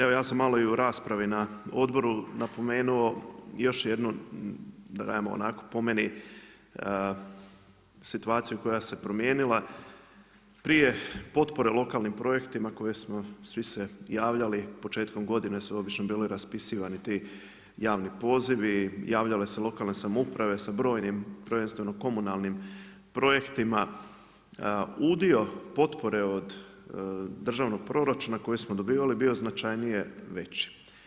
Evo ja sam malo i u raspravi na odboru napomenuo još jednu po meni situaciju koja se promijenila, prije potpore lokalnim projektima koje smo se svi javljali, početkom godine su obično bili raspisivani ti javni pozivi i javljale se lokalne samouprave sa brojim prvenstveno komunalnim projektima, udio potpore od državnog proračuna koje smo dobi ali bio značajnije veći.